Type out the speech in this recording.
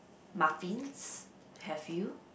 muffins have you